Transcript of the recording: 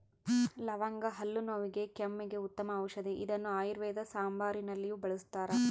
ಲವಂಗ ಹಲ್ಲು ನೋವಿಗೆ ಕೆಮ್ಮಿಗೆ ಉತ್ತಮ ಔಷದಿ ಇದನ್ನು ಆಯುರ್ವೇದ ಸಾಂಬಾರುನಲ್ಲಿಯೂ ಬಳಸ್ತಾರ